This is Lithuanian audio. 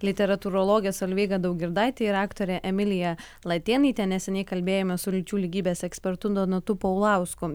literatūrologė solveiga daugirdaitė ir aktorė emilija latėnaitė neseniai kalbėjomės su lyčių lygybės ekspertu donatu paulausku